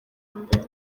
mbere